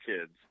kids